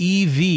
EV